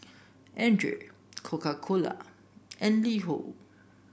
Andre Coca Cola and LiHo